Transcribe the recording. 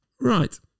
Right